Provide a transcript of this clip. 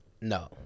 no